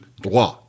droit